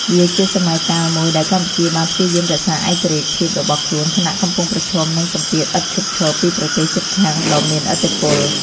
វាជាសម័យកាលមួយដែលកម្ពុជាបានព្យាយាមរក្សាឯករាជ្យភាពរបស់ខ្លួន ខណៈកំពុងប្រឈមនឹងសម្ពាធឥតឈប់ឈរពីប្រទេសជិតខាងដ៏មានឥទ្ធិពល។